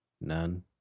None